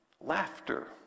laughter